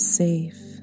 safe